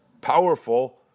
powerful